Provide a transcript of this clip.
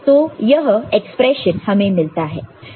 तो यह एक्सप्रेशन हमें मिलता है